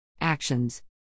Actions